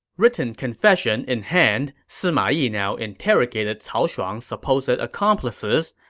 written confession in hand, sima yi now interrogated cao shuang's supposed accomplices,